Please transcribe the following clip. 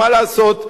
מה לעשות,